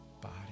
body